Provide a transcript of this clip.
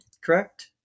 correct